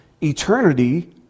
eternity